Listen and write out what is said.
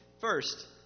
First